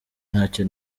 ntacyo